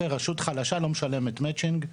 רשות חלשה לא משלמת מצ'ינג.